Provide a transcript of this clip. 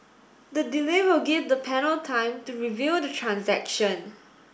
the delay will give the panel time to review the transaction